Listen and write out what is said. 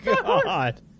God